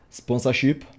sponsorship